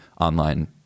online